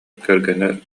кэргэнэ